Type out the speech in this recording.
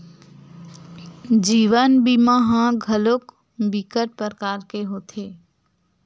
जीवन बीमा ह घलोक बिकट परकार के होथे